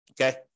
okay